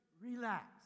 relax